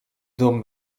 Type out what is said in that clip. dom